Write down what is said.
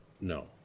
No